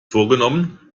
vorgenommen